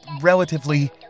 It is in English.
relatively